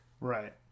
Right